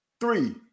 three